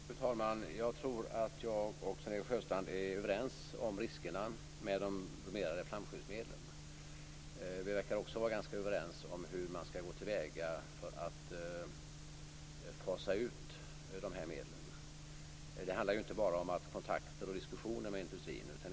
Fru talman! Jag tror att jag och Sven-Erik Sjöstrand är överens om riskerna med de bromerade flamskyddsmedlen. Vi verkar också vara ganska överens om hur man skall gå till väga för att fasa ut de här medlen. Det handlar inte bara om kontakter och diskussioner med industrin.